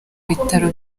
bitaro